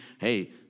hey